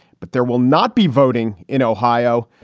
but there will not be voting in ohio.